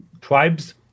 tribes